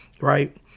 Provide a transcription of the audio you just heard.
right